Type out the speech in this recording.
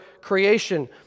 creation